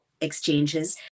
exchanges